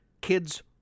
kids